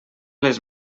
les